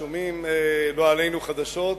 ושומעים לא עלינו בחדשות